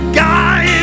guy